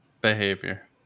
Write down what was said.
behavior